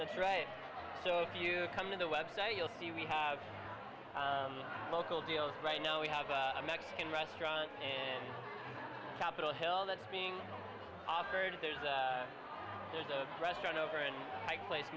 that's right so if you come to the website you'll see we have local deals right now we have a mexican restaurant and capitol hill that's being offered there's a there's a restaurant over